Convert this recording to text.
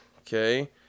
Okay